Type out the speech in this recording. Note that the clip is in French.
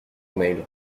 mail